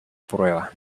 prueba